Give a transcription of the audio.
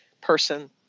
person